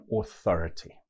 authority